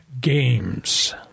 games